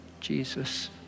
Jesus